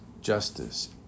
justice